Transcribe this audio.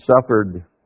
suffered